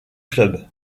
club